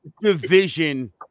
division